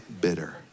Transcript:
bitter